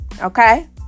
okay